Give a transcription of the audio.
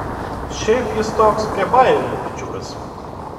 šiaip jis toks prie bajerio bičiukas